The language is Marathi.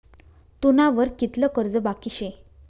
तुना वर कितलं कर्ज बाकी शे